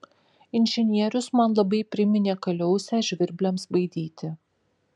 inžinierius man labai priminė kaliausę žvirbliams baidyti